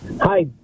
Hi